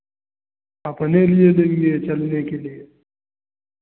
अपने लिए चाहिए चलने के लिए